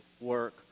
work